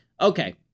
Okay